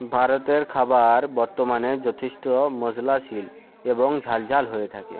ভারতের খাবার বর্তমানে যথেষ্ট মশলাশীল এবং ঝালঝাল হয়ে থাকে